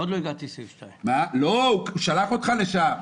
עוד לא הגעתי לסעיף 2. הוא שלח אותך לשם.